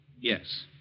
Yes